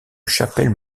chapelle